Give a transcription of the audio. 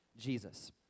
Jesus